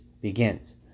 begins